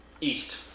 East